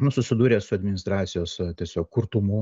nu susidūrė su administracijos tiesiog kurtumu